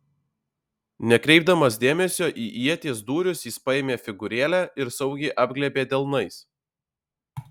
nekreipdamas dėmesio į ieties dūrius jis paėmė figūrėlę ir saugiai apglėbė delnais